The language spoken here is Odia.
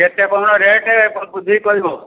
କେତେ କ'ଣ ରେଟ୍ ବୁଝିକି କହିବ